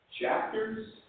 chapters